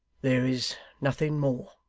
there is nothing more